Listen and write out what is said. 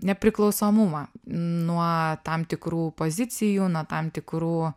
nepriklausomumą nuo tam tikrų pozicijų nuo tam tikrų